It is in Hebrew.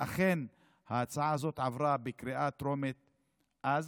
ואכן ההצעה הזאת עברה בקריאה טרומית אז,